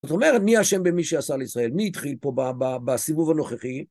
זאת אומרת, מי האשם במי שעשה לישראל? מי התחיל פה בסיבוב הנוכחי?